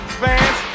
fans